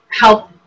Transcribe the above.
help